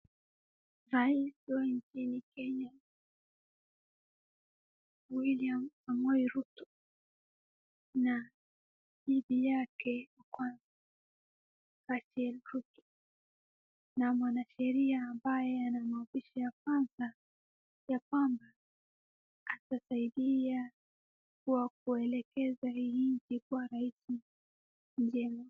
Rais wa nchi hii ya Kenya, William Samoei Ruto, na bibi yake kwa kati ya group , na mwanasheria mabaye anamwapisha yakwamba, yakwamba atasaidia kwa kuelekeza hii nchi kua rais njema.